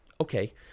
Okay